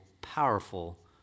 powerful